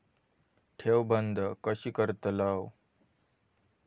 ठेव बंद कशी करतलव?